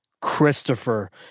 Christopher